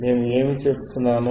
నేను ఏమి చెప్తున్నాను